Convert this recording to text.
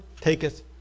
taketh